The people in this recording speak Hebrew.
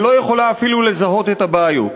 ולא יכולה אפילו לזהות את הבעיות.